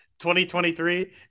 2023